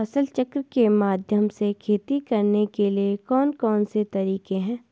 फसल चक्र के माध्यम से खेती करने के लिए कौन कौन से तरीके हैं?